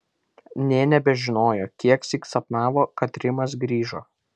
nė nebežinojo kieksyk sapnavo kad rimas grįžo